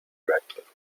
radcliffe